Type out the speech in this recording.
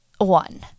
one